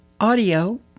audio